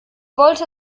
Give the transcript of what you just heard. wollte